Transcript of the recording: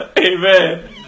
Amen